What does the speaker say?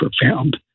profound